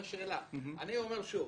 אני אומר שוב,